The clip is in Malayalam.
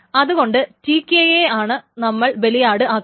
അതുകൊണ്ട് Tk യെയാണ് നമ്മൾ ബലിയാടാക്കുന്നത്